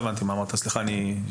אמרת, סליחה.